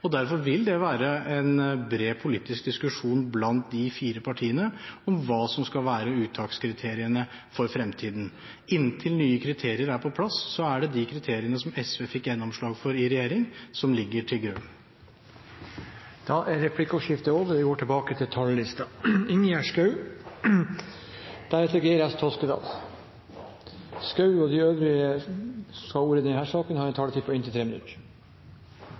og derfor vil det være en bred politisk diskusjon blant de fire partiene om hva som skal være uttakskriteriene for fremtiden. Inntil nye kriterier er på plass, er det de kriteriene som SV fikk gjennomslag for i regjering, som ligger til grunn. Replikkordskiftet er omme. De talere som heretter får ordet, har en taletid på inntil